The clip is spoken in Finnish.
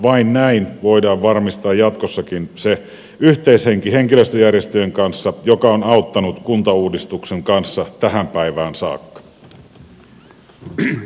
vain näin voidaan varmistaa jatkossakin se yhteishenki henkilöstöjärjestöjen kanssa joka on auttanut kuntauudistuksen kanssa tähän päivään saakka